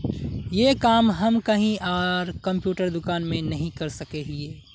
ये काम हम कहीं आर कंप्यूटर दुकान में नहीं कर सके हीये?